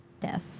death